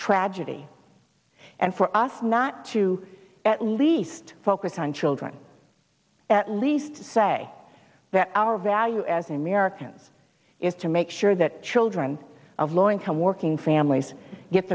tragedy and for us not to at least focus on children at least say that our value as americans is to make sure that children of low income working families get